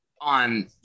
on